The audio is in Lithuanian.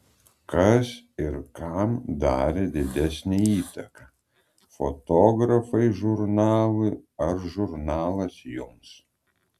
kas ir kam darė didesnę įtaką fotografai žurnalui ar žurnalas jums